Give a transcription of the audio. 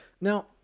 now